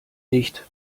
nicht